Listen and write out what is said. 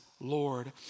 Lord